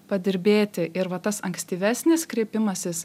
padirbėti ir va tas ankstyvesnis kreipimasis